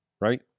right